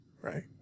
right